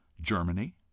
Germany